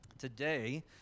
Today